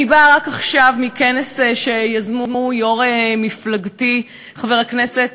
אני באה רק עכשיו מכנס שיזמו יושב-ראש מפלגתי חבר הכנסת